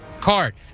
card